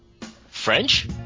French